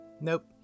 Nope